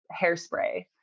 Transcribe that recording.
hairspray